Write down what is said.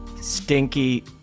stinky